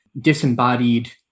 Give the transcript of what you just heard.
disembodied